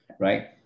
Right